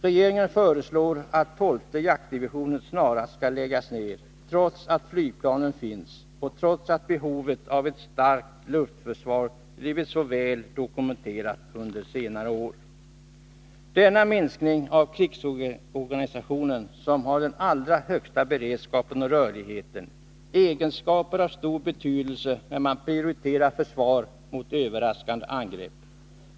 Regeringen föreslår att tolfte jaktdivisionen snarast skall läggas ner, trots att flygplanen finns och trots att behovet av ett starkt luftförsvar blivit så väl dokumenterat under senare år. Det gäller en minskning av en krigsorganisation som har den allra högsta beredskapen och rörligheten — egenskaper som är av stor betydelse när man prioriterar försvar mot överraskande angrepp.